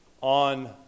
on